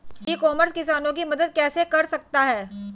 E commerce किसानों की मदद कैसे कर सकता है?